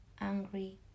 angry